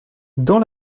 dans